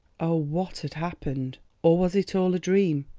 oh what had happened! or was it all a dream?